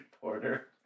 porter